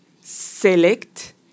select